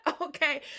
okay